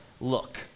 look